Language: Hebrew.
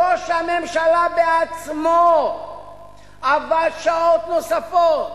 ראש הממשלה בעצמו עבד שעות נוספות,